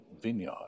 vineyard